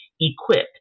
equipped